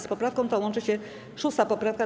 Z poprawką tą łączy się 6. poprawka.